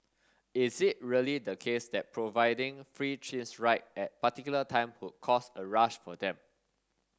is it really the case that providing free ride at particular time would cause a rush for them